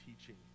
teaching